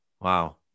Wow